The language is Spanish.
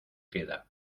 queda